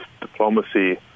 diplomacy